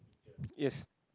yes